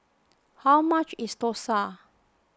how much is Dosa